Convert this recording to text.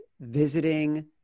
visiting